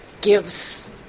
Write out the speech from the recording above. gives